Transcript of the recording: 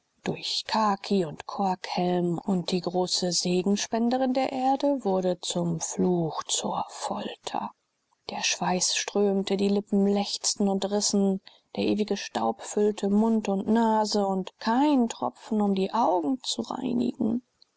durch khaki und korkhelm und die große segenspenderin der erde wurde zum fluch zur folter der schweiß strömte die lippen lechzten und rissen der ewige staub füllte mund und nase und kein tropfen um die augen zu reinigen